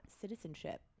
citizenship